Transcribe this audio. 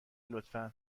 لطفا